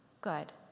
good